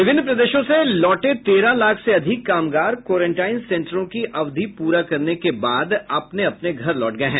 विभिन्न प्रदेशों से लौटे तेरह लाख से अधिक कामगार क्वारेंटाइन सेंटरों की अवधि पूरा करने के बाद अपने अपने घर लौट गये हैं